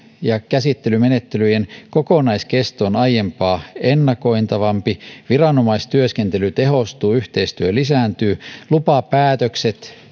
ja käsittelymenettelyjen kokonaiskesto on aiempaa ennakoitavampi viranomaistyöskentely tehostuu yhteistyö lisääntyy lupapäätökset